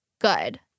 good